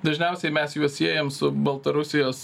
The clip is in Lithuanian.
dažniausiai mes juos siejam su baltarusijos